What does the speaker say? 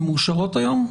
הן מאושרות היום?